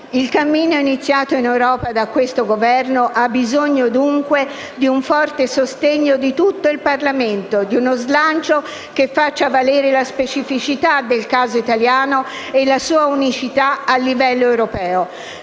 Il cammino iniziato in Europa da questo Governo ha bisogno dunque di un forte sostegno di tutto il Parlamento e di uno slancio che faccia valere la specificità del caso italiano e la sua unicità a livello europeo.